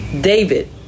David